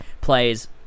plays